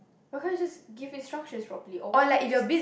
why can't you just give instructions properly or why can't you just